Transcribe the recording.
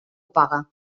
paga